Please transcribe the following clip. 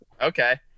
okay